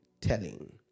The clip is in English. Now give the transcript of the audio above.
telling